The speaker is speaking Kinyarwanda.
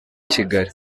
kigali